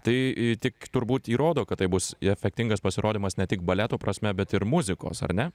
tai tik turbūt įrodo kad tai bus efektingas pasirodymas ne tik baleto prasme bet ir muzikos ar ne